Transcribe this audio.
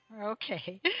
Okay